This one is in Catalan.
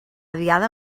diada